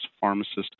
pharmacist